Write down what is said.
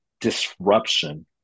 disruption